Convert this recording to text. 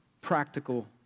practical